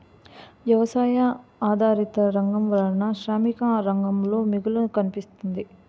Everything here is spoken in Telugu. వ్యవసాయ ఆధారిత రంగం వలన శ్రామిక రంగంలో మిగులు కనిపిస్తుంది